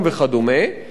מהצד השני,